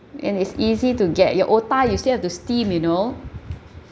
and it's easy to get your otah you still have to steam you know